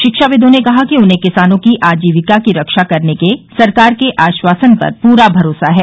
शिक्षाविदों ने कहा कि उन्हें किसानों की आजीविका की रक्षा करने के सरकार के आश्वासन पर पूरा भरोसा है